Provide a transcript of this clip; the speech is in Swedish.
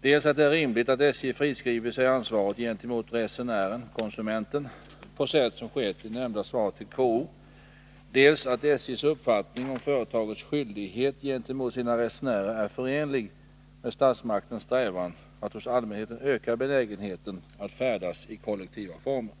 dels att det är rimligt att SJ friskriver sig från ansvaret gentemot resenären-konsumenten på sätt som skett i nämnda svar till KO, dels att SJ:s uppfattning om företagets skyldighet gentemot sina resenärer är förenlig med statsmaktens strävan att hos allmänheten öka benägenheten att färdas i kollektiva former.